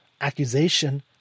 accusation